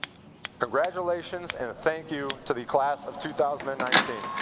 congratulations, and thank you to the class of two thousand and nineteen!